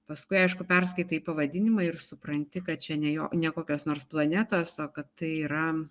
paskui aišku perskaitai pavadinimą ir supranti kad čia ne jo ne kokios nors planetos o kad tai yra